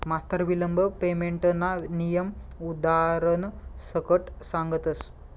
मास्तर विलंब पेमेंटना नियम उदारण सकट सांगतस